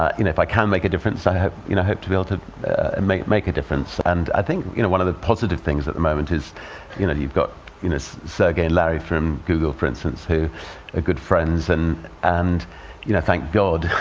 i mean if i can make a difference, i hope you know hope to be able to and make make a difference. and i think one of the positive things at the moment is you know you've got you know sergey and larry from google, for instance, who are ah good friends. and, and you know thank god,